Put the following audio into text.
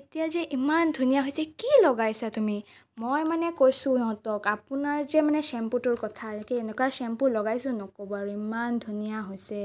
এতিয়া যে ইমান ধুনীয়া হৈছে কি লগাইছা তুমি মই মানে কৈছো ইহঁতক আপোনাৰ যে মানে চেম্পুটোৰ কথা এনেকৈ এনেকুৱা চেম্পু লগাইছো নক'ব আৰু ইমান ধুনীয়া হৈছে